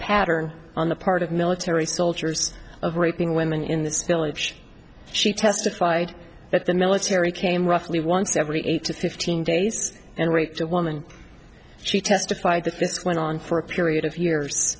pattern on the part of military soldiers of raping women in this village she testified that the military came roughly once every eight to fifteen days and raped a woman she testified the fifth went on for a period of years